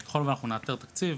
ככל ואנחנו נאתר תקציב,